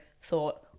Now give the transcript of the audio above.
thought